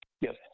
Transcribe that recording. Yes